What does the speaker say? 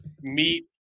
meet